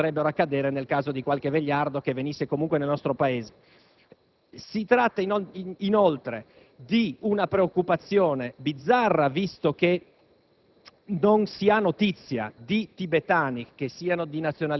ai novanta anni, forse con eccezioni che si potrebbero avere nel caso di qualche vegliardo che venisse comunque nel nostro Paese. Si tratta, inoltre, di una preoccupazione bizzarra, visto che